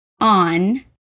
on